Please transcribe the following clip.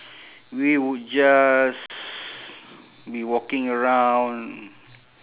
we would just be walking around